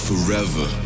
forever